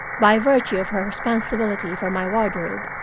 by virtue of her responsibility for my wardrobe,